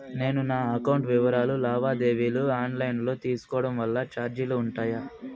నేను నా అకౌంట్ వివరాలు లావాదేవీలు ఆన్ లైను లో తీసుకోవడం వల్ల చార్జీలు ఉంటాయా?